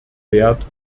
wert